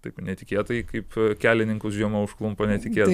taip netikėtai kaip kelininkus žiema užklumpa netikėtai